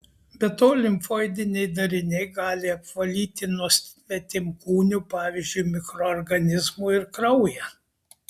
be to limfoidiniai dariniai gali apvalyti nuo svetimkūnių pavyzdžiui mikroorganizmų ir kraują